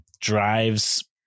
drives